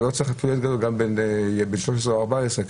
ילד בן 12 או 14,